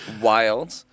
wild